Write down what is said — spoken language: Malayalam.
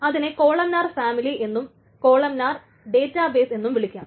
അതിനെ കോളംനാർ ഫാമിലി എന്നും കോളംനാർ ഡേറ്റാ ബെസ് എന്നും വിളിക്കാം